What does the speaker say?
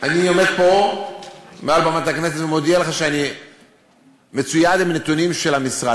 עומד פה מעל במת הכנסת ומודיע לך שאני מצויד בנתונים של המשרד.